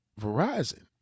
Verizon